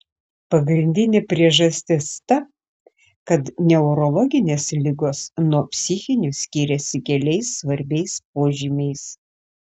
pagrindinė priežastis ta kad neurologinės ligos nuo psichinių skiriasi keliais svarbiais požymiais